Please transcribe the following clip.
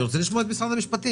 אני רוצה לשמוע את משרד המשפטים.